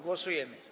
Głosujemy.